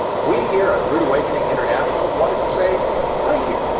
we here at a rood awakening international wanted to say thank you.